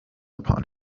upon